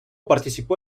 participó